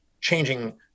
changing